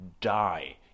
die